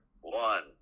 one